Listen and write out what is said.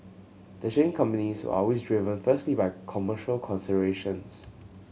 the shipping companies are always driven firstly by commercial considerations